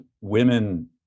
women